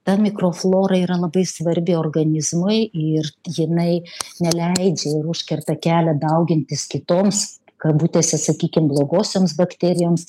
ta mikroflora yra labai svarbi organizmui ir jinai neleidžia ir užkerta kelią daugintis kitoms kabutėse sakykim blogosioms bakterijoms